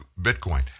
Bitcoin